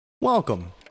Welcome